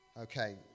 Okay